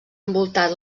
envoltat